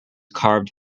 carved